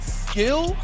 skill